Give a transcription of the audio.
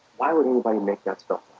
why would anybody make that stuff